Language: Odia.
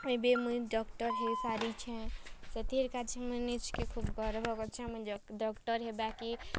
ଏବେ ମୁଇଁ ଡକ୍ଟର୍ ହେଇ ସାରିଛେଁ ସେଥିରକାଯେ ମୁଇଁ ନିଜକେ ଖୁବ୍ ଗର୍ଭ କରୁଛେଁ ମୁଇଁ ଡକ୍ଟର୍ ହେବାକେ